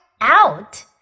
out